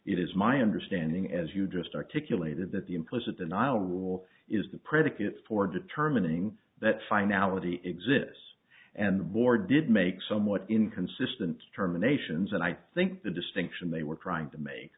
it is my understanding as you just articulated that the implicit denial rule is the predicate for determining that finality exists and war did make somewhat inconsistent terminations and i think the distinction they were trying to make